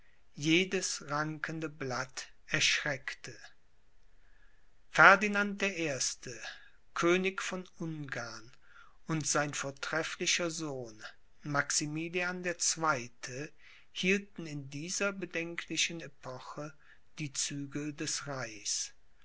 jedes rankende blatt erschreckte ferdinand der erste könig von ungarn und sein vortrefflicher sohn maximilian der zweite hielten in dieser bedenklichen epoche die zügel des reichs